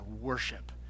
worship